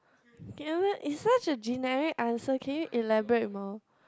is such a generic answer can you elaborate more